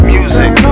Music